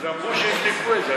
אמרו שיבדקו את זה.